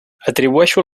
atribueixo